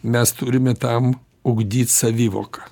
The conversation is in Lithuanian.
mes turime tam ugdyt savivoką